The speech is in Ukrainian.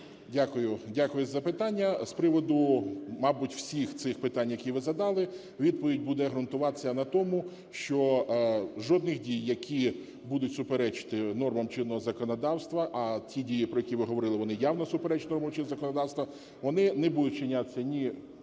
Дякую за запитання. З приводу, мабуть, всіх цих питань, які ви задали, відповідь буде ґрунтуватися на тому, що жодних дій, які будуть суперечити нормам чинного законодавства, а ті дії, про які ви говорили, вони явно суперечать чинному законодавству, вони не будуть вчинятися ні,